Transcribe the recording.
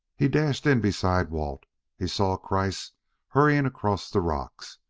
he dashed in beside walt he saw kreiss hurrying across the rocks.